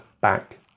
back